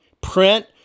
print